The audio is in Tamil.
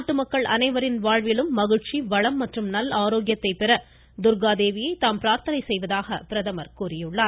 நாட்டு மக்கள் அனைவரின் வாழ்விலும் மகிழ்ச்சி வளம் மற்றும் நல் ஆரோக்கியத்தை பெற துர்க்காதேவியை தாம் பிரார்த்தணை செய்வதாக பிரதமர் தெரிவித்துள்ளார்